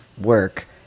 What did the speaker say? work